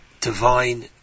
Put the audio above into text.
divine